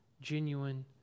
genuine